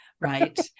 right